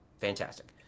fantastic